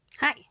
Hi